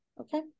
okay